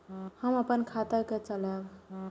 हम अपन खाता के चलाब?